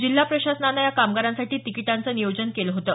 जिल्हा प्रशासनानं या कामगारांसाठी तिकिटांचं नियोजन केलं होतं